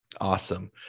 Awesome